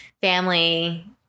family